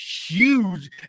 huge –